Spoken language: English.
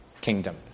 kingdom